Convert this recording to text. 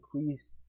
increase